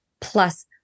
plus